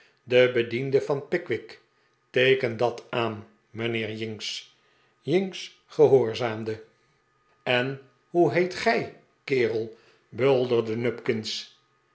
de bediende van pickwick teeken dat aan mijnheer jinks jinks gehoorzaamde de pickwick club en hoe heet gij kerel bulderde nupkins